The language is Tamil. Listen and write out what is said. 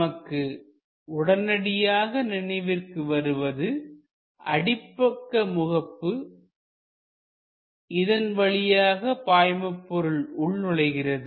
நமக்கு உடனடியாக நினைவிற்கு வருவது அடிப்பக்க முகப்பு இதன் வழியாகவே பாய்மபொருள் உள்நுழைகிறது